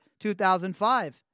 2005